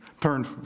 turned